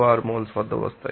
036 moles వద్ద వస్తాయి